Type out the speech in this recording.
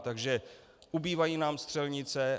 Takže ubývají nám střelnice.